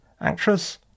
actress